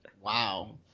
Wow